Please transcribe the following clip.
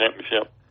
championship